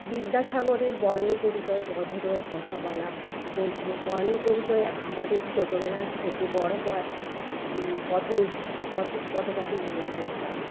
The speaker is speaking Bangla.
বিদ্যাসাগরের বর্ণ পরিচয় বোধোদয় কথাবালা মধ্যে বর্ণপরিচয় আমাদের ছোটোবেলা থেকে বড় হওয়া পথ পথ ঘাটে যেতে পারে